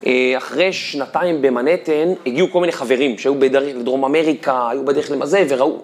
אחרי שנתיים במנהטן הגיעו כל מיני חברים שהיו בדרום אמריקה, היו בדרך למזהי וראו.